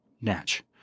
Natch